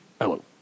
Hello